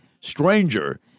stranger